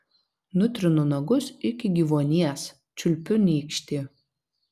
nutrinu nagus iki gyvuonies čiulpiu nykštį